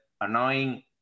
annoying